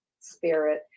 spirit